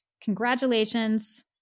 Congratulations